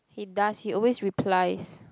he does he always replies